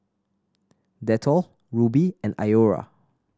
Dettol Rubi and Iora